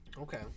Okay